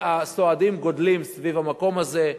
והסועדים מרובים סביב המקום הזה.